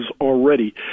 already